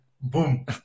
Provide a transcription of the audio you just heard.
boom